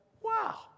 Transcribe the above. wow